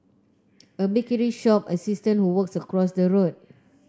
a bakery shop assistant who works across the road